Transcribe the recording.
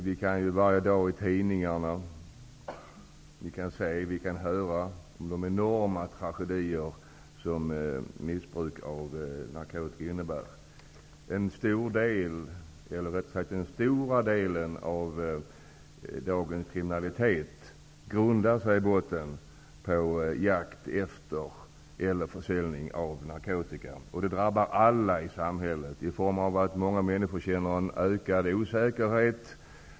Vi kan varje dag i tidningarna läsa om de enorma tragedier som missbruk av narkotika innebär. Den stora delen av dagens kriminalitet grundar sig på jakten efter eller försäljningen av narkotika. Detta drabbar alla i samhället i form av att många människor känner en ökad osäkerhet.